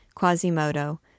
Quasimodo